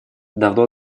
давно